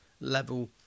level